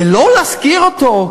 ולא להזכיר אותו?